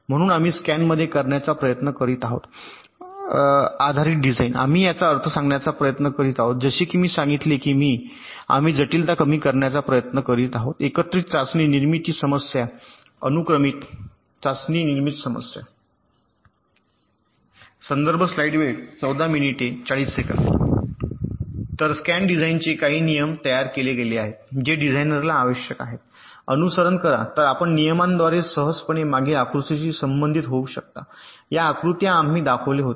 म्हणूनच आम्ही स्कॅनमध्ये करण्याचा प्रयत्न करीत आहोत आधारित डिझाइन आम्ही याचा अर्थ सांगण्याचा प्रयत्न करीत आहोत जसे की मी सांगितले की आम्ही जटिलता कमी करण्याचा प्रयत्न करीत आहोत एकत्रित चाचणी निर्मिती समस्या अनुक्रमिक चाचणी निर्मिती समस्या तर स्कॅन डिझाइनचे काही नियम तयार केले गेले आहेत जे डिझाइनरला आवश्यक आहेत अनुसरण करा तर आपण ज्या नियमांद्वारे सहजपणे मागील आकृतीशी संबंधित होऊ शकता या आकृत्या आम्ही दाखवले होते